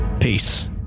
Peace